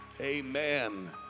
Amen